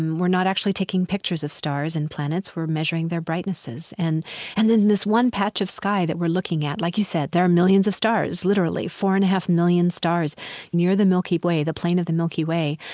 um we're not actually taking pictures of stars and planets. we're measuring their brightnesses. and and in this one patch of sky that we're looking at, like you said, there are millions of stars, literally four and point five million stars near the milky way, the plain of the milky way,